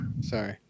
Sorry